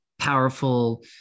powerful